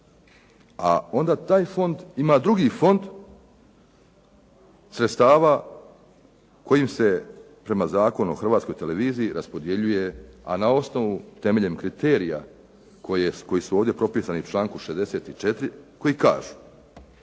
A onda taj fond ima drugi fond sredstva kojim se prema Zakonu o Hrvatskoj televiziji raspodjeljuje, a na osnovu temeljem kriterija koji su ovdje propisanu u članku 64. koji kažu: